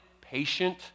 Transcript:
patient